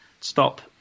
Stop